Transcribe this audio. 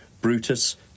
Brutus